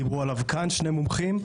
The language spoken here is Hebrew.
דיברו עליו כאן שני מומחים,